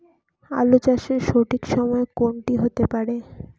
আলু চাষের সঠিক সময় কোন টি হতে পারে?